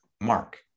Mark